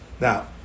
Now